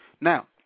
Now